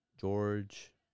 George